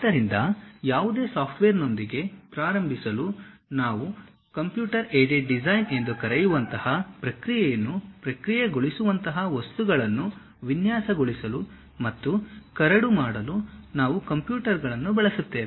ಆದ್ದರಿಂದ ಯಾವುದೇ ಸಾಫ್ಟ್ವೇರ್ನೊಂದಿಗೆ ಪ್ರಾರಂಭಿಸಲು ನಾವು computer aided design ಎಂದು ಕರೆಯುವಂತಹ ಪ್ರಕ್ರಿಯೆಯನ್ನು ಪ್ರಕ್ರಿಯೆಗೊಳಿಸುವಂತಹ ವಸ್ತುಗಳನ್ನು ವಿನ್ಯಾಸಗೊಳಿಸಲು ಮತ್ತು ಕರಡು ಮಾಡಲು ನಾವು ಕಂಪ್ಯೂಟರ್ಗಳನ್ನು ಬಳಸುತ್ತೇವೆ